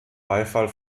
beifall